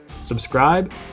Subscribe